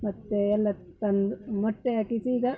ಮತ್ತು ಎಲ್ಲ ತಂದು ಮೊಟ್ಟೆ ಹಾಕಿಸಿ ಈಗ